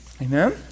Amen